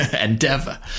endeavor